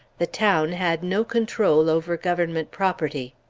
the town had no control over government property.